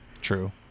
True